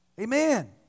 Amen